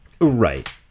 Right